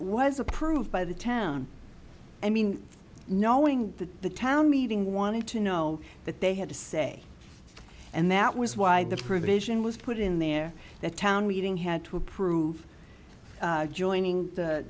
was approved by the town i mean knowing that the town meeting wanted to know that they had to say and that was why the provision was put in there the town meeting had to approve joining